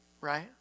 right